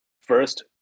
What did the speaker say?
first